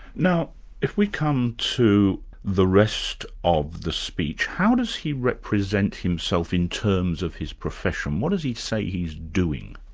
now if we come to the rest of the speech, how does he represent himself in terms of his profession? what does he say he's doing?